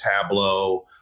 Tableau